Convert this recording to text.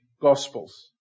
Gospels